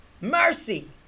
mercy